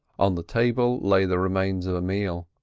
on the table lay the remains of a meal,